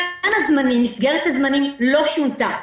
מסגרת הסמנים לא שונתה.